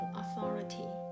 authority